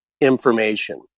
information